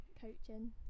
Coaching